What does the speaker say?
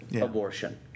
abortion